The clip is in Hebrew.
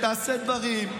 תעשה דברים.